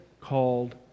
called